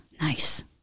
Nice